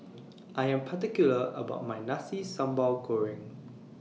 I Am particular about My Nasi Sambal Goreng